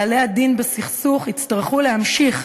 בעלי הדין בסכסוך יצטרכו להמשיך,